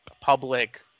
public